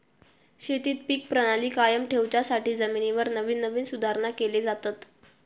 शेतीत पीक प्रणाली कायम ठेवच्यासाठी जमिनीवर नवीन नवीन सुधारणा केले जातत